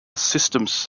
systems